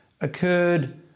occurred